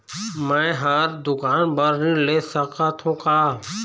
मैं हर दुकान बर ऋण ले सकथों का?